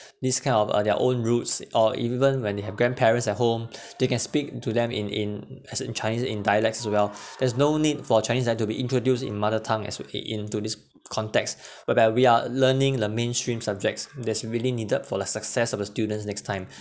this kind of uh their own roots or even when they have grandparents at home they can speak to them in in as in chinese in dialects as well there's no need for chinese dialects to be introduced in mother tongue as it into this context whereby we are learning the mainstream subjects that's really needed for the success of the students next time